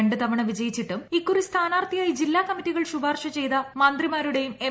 രണ്ടു തവണ വിജയിച്ചിട്ടും ഇക്കുറി സ്ഥാനാർഥിയായി ജില്ലാ കമ്മിറ്റികൾ ശുപാർശ ചെയ്ത മന്ത്രിമാരുടേയും എം